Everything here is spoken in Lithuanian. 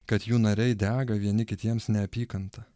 kad jų nariai dega vieni kitiems neapykanta